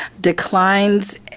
declines